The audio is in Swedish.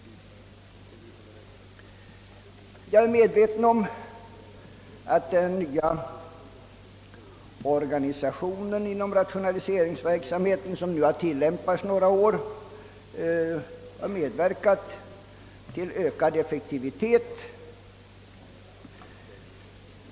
Jag är medveten om att den nya organisation inom rationaliseringsverksamheten, som under några år har tilläm pats, har medverkat till ökad effektivitet.